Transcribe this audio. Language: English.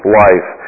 life